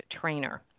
trainer